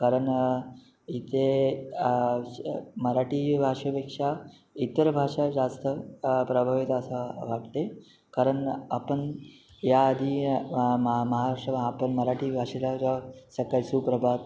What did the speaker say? कारण इथे अ श मराठी भाषेपेक्षा इतर भाषा जास्त प्रभावित असं वाटते कारण आपण या आधी म्हा म्हा महाराष्ट्र आपण मराठी भाषेला जेव्हा सकाळी सुप्रभात